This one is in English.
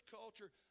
culture